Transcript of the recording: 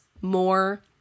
more